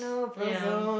ya